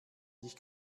dich